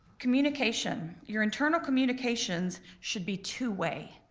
communication, your internal communications should be two way.